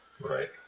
right